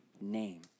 name